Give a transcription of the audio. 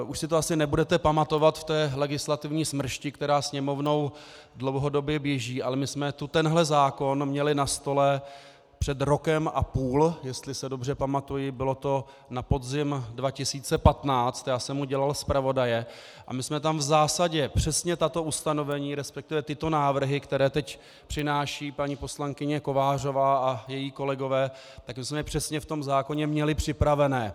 Už si to asi nebudete pamatovat v té legislativní smršti, která Sněmovnou dlouhodobě běží, ale my jsme tu tenhle zákon měli na stole před rokem a půl, jestli se dobře pamatuji, bylo to na podzim 2015, já jsem mu dělal zpravodaje a my jsme tam v zásadě přesně tato ustanovení, respektive tyto návrhy, které teď přináší paní poslankyně Kovářová a její kolegové, tak my jsme je přesně v tom zákoně měli připraveny.